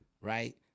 Right